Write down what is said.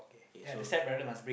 k so